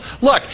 look